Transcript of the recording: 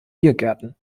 biergärten